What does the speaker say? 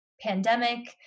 pandemic